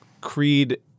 Creed